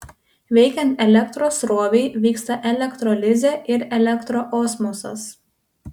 veikiant elektros srovei vyksta elektrolizė ir elektroosmosas